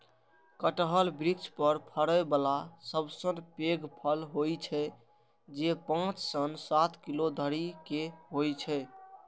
कटहल वृक्ष पर फड़ै बला सबसं पैघ फल होइ छै, जे पांच सं सात किलो धरि के होइ छै